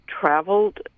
traveled